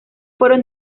fueron